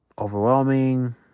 overwhelming